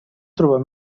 trobar